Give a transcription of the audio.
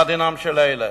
מה דינם של אלה?